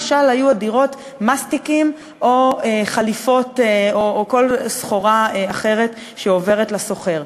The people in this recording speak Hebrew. משל היו הדירות מסטיקים או חליפות או כל סחורה אחרת שעוברת לסוחר,